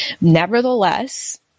Nevertheless